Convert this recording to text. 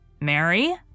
Mary